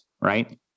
right